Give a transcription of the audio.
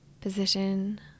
Position